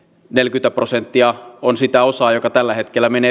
nelivitoprosenttia on sitä osaa joka tällä hetkellä menee